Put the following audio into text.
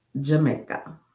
Jamaica